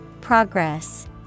Progress